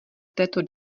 této